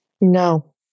No